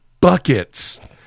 buckets